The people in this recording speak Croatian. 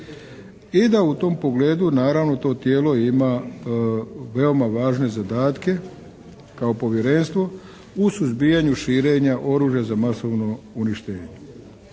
i da u tom pogledu naravno to tijelo ima veoma važne zadatke kao povjerenstvo u suzbijanju širenja oružja za masovno uništenje.